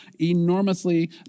enormously